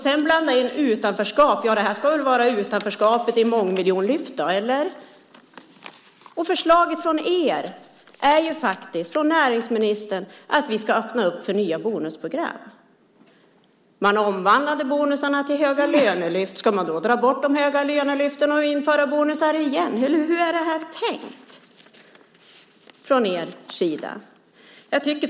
Sedan blandas utanförskapet in. Ja, det här ska väl då vara utanförskapet i mångmiljonlyft, eller? Förslaget från näringsministern handlar faktiskt om att vi ska öppna upp för nya bonusprogram. Man omvandlade bonusarna till höga lönelyft. Ska man då dra bort de höga lönelyften och införa bonusar igen, eller hur är det här tänkt från er sida?